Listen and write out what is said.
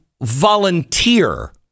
volunteer